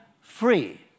free